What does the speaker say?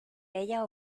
ella